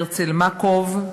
הרצל מקוב,